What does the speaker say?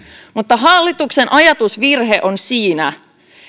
mutta hallituksen ajatusvirhe on siinä